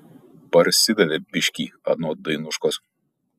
parsidavė biškį anot dainuškos